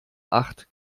acht